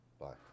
Bye